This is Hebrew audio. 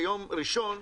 ויום ראשון,